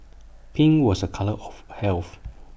pink was A colour of health